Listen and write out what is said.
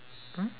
mm